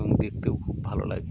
এবং ম্না দেখতেও খুব ভাল লাগে